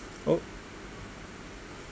oh